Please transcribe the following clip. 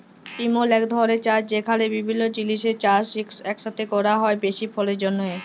ইমল ইক ধরলের চাষ যেখালে বিভিল্য জিলিসের চাষ ইকসাথে ক্যরা হ্যয় বেশি ফললের জ্যনহে